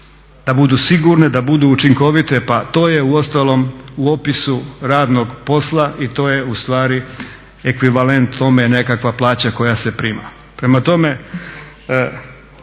da budu sigurne, da budu učinkovite. Pa to je uostalom u opisu radnog posla i to je ustvari ekvivalent tome nekakva plaća koja se prima.